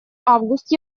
август